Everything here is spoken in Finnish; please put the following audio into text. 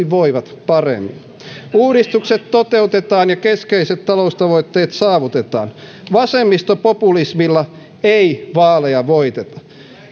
voivat paremmin uudistukset toteutetaan ja keskeiset taloustavoitteet saavutetaan vasemmistopopulismilla ei vaaleja voiteta